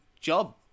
job